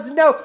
no